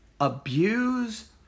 abuse